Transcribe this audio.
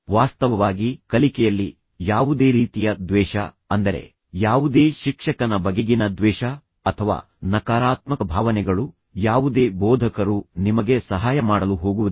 ವಾಸ್ತವವಾಗಿ ಕಲಿಕೆಯಲ್ಲಿ ಯಾವುದೇ ರೀತಿಯ ದ್ವೇಷ ಅಂದರೆ ಯಾವುದೇ ಶಿಕ್ಷಕನ ಬಗೆಗಿನ ದ್ವೇಷ ಅಥವಾ ನಕಾರಾತ್ಮಕ ಭಾವನೆಗಳು ಯಾವುದೇ ಬೋಧಕರು ನಿಮಗೆ ಸಹಾಯ ಮಾಡಲು ಹೋಗುವುದಿಲ್ಲ